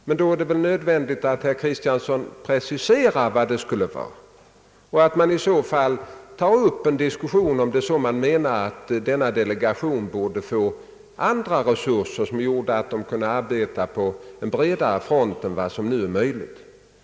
Men då är det väl nödvändigt att herr Kristiansson preciserar vad det är och — ifall det är exempelvis detta han menar — tar upp en diskussion om att konsumentdelegationen skall få andra resurser, så att den kan arbeta på en bredare front än vad som nu är möjligt.